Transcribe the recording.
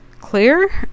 clear